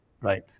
right